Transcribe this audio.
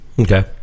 Okay